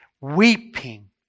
Weeping